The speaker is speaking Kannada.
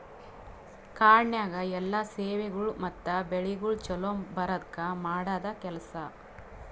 ಕಾಡನ್ಯಾಗ ಎಲ್ಲಾ ಸೇವೆಗೊಳ್ ಮತ್ತ ಬೆಳಿಗೊಳ್ ಛಲೋ ಬರದ್ಕ ಮಾಡದ್ ಕೆಲಸ